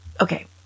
Okay